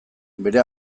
bere